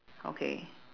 okay